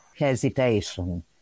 hesitation